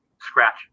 scratch